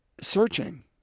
searching